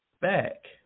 back